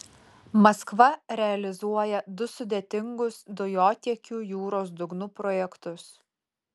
maskva realizuoja du sudėtingus dujotiekių jūros dugnu projektus